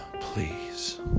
please